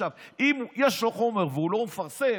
אם יש לו חומר והוא לא מפרסם,